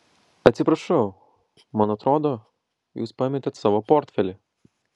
atsiprašau man atrodo jūs pametėt savo portfelį